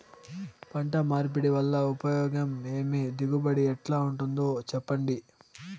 పంట మార్పిడి వల్ల ఉపయోగం ఏమి దిగుబడి ఎట్లా ఉంటుందో చెప్పండి?